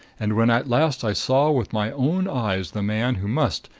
and when at last i saw with my own eyes the man who must,